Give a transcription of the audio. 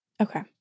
Okay